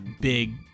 big